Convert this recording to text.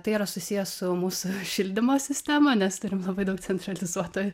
tai yra susiję su mūsų šildymo sistema nes turim labai daug centralizuoto